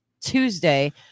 Tuesday